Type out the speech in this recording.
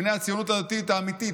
בני הציונות הדתית האמיתית,